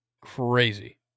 Crazy